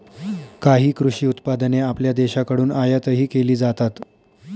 काही कृषी उत्पादने आपल्या देशाकडून आयातही केली जातात